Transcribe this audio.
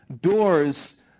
doors